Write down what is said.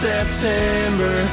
September